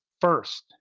first